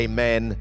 Amen